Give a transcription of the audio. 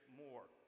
more